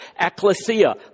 ecclesia